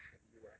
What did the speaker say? like you ah